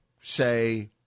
say